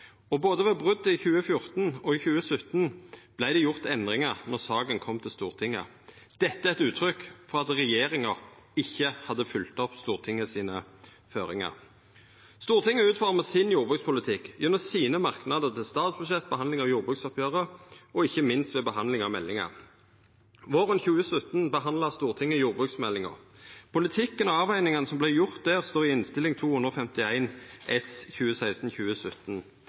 Både ved brotet i 2014 og i 2017 vart det gjort endringar då saka kom til Stortinget. Det er eit uttrykk for at regjeringa ikkje hadde følgt opp føringane frå Stortinget. Stortinget utformar jordbrukspolitikken gjennom merknader til statsbudsjetta, behandling av jordbruksoppgjera og ikkje minst behandling av meldingar. Våren 2017 behandla Stortinget jordbruksmeldinga. Politikken og avvegingane som vart gjorde då, står i Innst. 251 S for 2016–2017. Regjeringa og